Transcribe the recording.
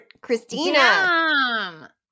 Christina